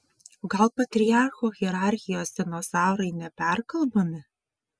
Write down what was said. o gal patriarcho hierarchijos dinozaurai neperkalbami